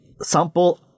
sample